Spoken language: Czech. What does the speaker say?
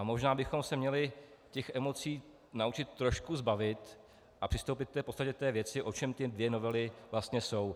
Možná bychom se měli těch emocí naučit trošku zbavit a přistoupit k podstatě té věci, o čem ty dvě novely vlastně jsou.